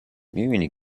میبینی